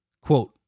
Quote